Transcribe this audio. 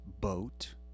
boat